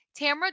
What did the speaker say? Tamra